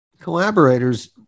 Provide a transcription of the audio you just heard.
collaborators